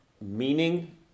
meaning